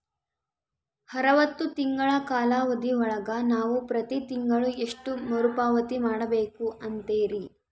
ಅರವತ್ತು ತಿಂಗಳ ಕಾಲಾವಧಿ ಒಳಗ ನಾವು ಪ್ರತಿ ತಿಂಗಳು ಎಷ್ಟು ಮರುಪಾವತಿ ಮಾಡಬೇಕು ಅಂತೇರಿ?